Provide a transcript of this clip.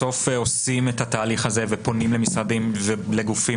בסוף עושים את התהליך הזה ופונים למשרדים ולגופים